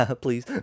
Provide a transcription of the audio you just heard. please